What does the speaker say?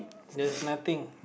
there's nothing